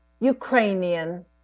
Ukrainian